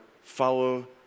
follow